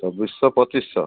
ଚୋବିଶ ଶହ ପଚିଶଶହ